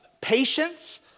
patience